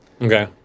okay